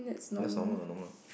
just normal err normal